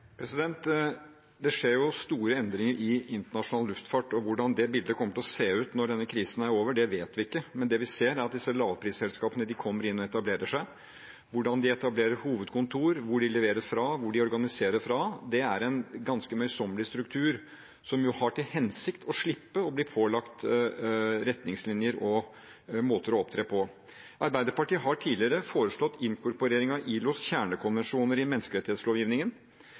Det skjer jo store endringer i internasjonal luftfart, og hvordan det bildet kommer til å se ut når denne krisen er over, det vet vi ikke. Men det vi ser, er at disse lavprisselskapene kommer inn og etablerer seg. Hvordan de etablerer hovedkontor, hvor de leverer fra, hvor de organiserer fra – det er en ganske møysommelig struktur, som har til hensikt å slippe å bli pålagt retningslinjer og måter å opptre på. Arbeiderpartiet har tidligere foreslått inkorporering av ILOs kjernekonvensjoner i menneskerettighetslovgivningen.